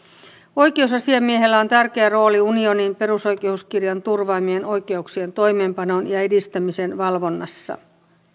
oikeusasiamiehellä on tärkeä rooli unionin perusoikeuskirjan turvaamien oikeuksien toimeenpanon ja edistämisen valvonnassa